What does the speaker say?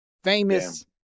Famous